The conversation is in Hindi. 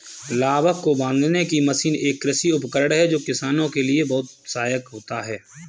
लावक को बांधने की मशीन एक कृषि उपकरण है जो किसानों के लिए बहुत सहायक होता है